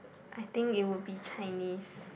I think it would be Chinese